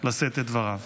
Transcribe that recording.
לשאת את דבריו.